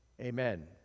Amen